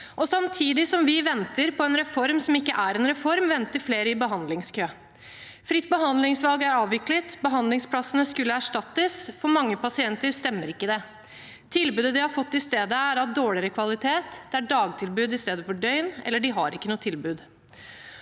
Samtidig som vi venter på en reform som ikke er en reform, venter flere i behandlingskø. Fritt behandlingsvalg er avviklet. Behandlingsplassene skulle erstattes, men for mange pasienter stemmer ikke det. Tilbudet de har fått i stedet, er av dårligere kvalitet, det er dagtilbud i stedet for døgn, eller de har ikke noe tilbud.